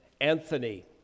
Anthony